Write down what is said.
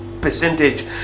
percentage